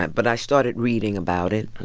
but i started reading about it.